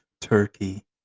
Turkey